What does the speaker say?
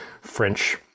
French